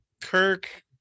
kirk